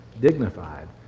Dignified